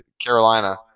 Carolina